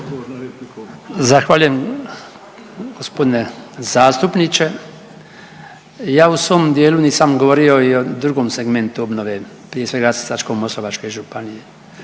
Zahvaljujem gospodine zastupniče. Ja u svom djelu nisam govorio i o drugom segmentu obnove, prije svega Sisačko-moslavačke županije.